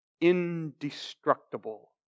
Indestructible